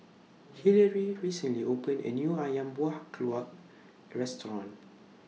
Hillary recently opened A New Ayam Buah Keluak Restaurant